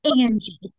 Angie